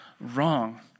wrong